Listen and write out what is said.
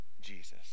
jesus